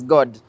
God